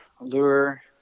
lure